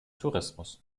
tourismus